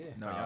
No